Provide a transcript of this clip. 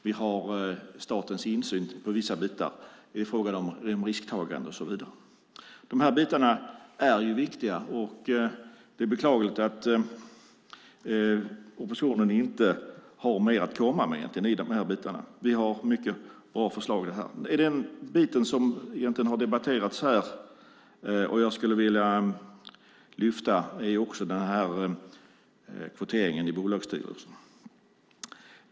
Vi har statens insyn i vissa bitar. Det är också fråga om risktagande och så vidare. Dessa bitar är viktiga. Det är beklagligt att oppositionen inte har mer att komma med här. Vi har mycket bra förslag om detta. Den bit som har debatterats här och som också jag skulle vilja lyfta fram är kvoteringen i bolagsstyrelserna.